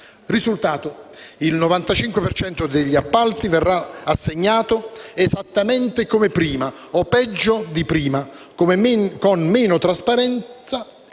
Risultato: il 95 per cento degli appalti verrà assegnato esattamente come prima o peggio di prima, con meno trasparenza e